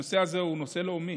הנושא הזה הוא נושא לאומי